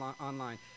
online